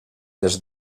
des